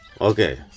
okay